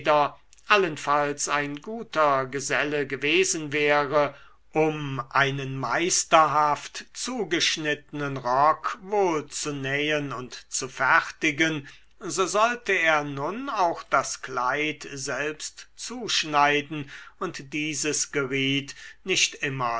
allenfalls ein guter geselle gewesen wäre um einen meisterhaft zugeschnittenen rock wohl zu nähen und zu fertigen so sollte er nun auch das kleid selbst zuschneiden und dieses geriet nicht immer